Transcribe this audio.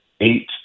eight